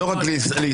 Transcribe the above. לא רק להסתמס,